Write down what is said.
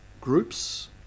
groups